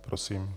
Prosím.